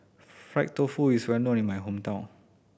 fried tofu is well known in my hometown